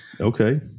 Okay